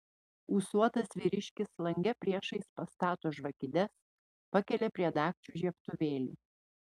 ūsuotas vyriškis lange priešais pastato žvakides pakelia prie dagčių žiebtuvėlį